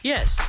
Yes